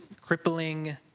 crippling